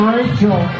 Rachel